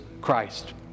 Christ